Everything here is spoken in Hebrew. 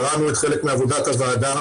קראנו חלק מעבודת הוועדה,